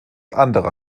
anderer